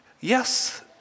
yes